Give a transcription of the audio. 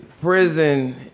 prison